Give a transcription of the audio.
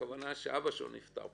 הכוונה שאבא שלו נפטר,